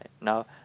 Now